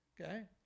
Okay